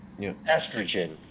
estrogen